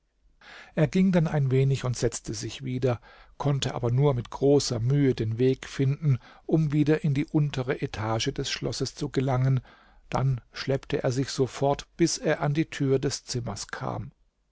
er ging dann ein wenig und setzte sich wieder konnte aber nur mit großer mühe den weg finden um wieder in die untere etage des schlosses zu gelangen dann schleppte er sich so fort bis er an die tür des zimmers kam